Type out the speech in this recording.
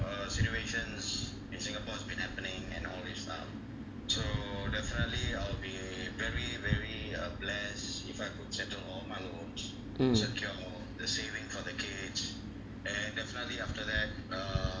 mm